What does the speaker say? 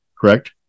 correct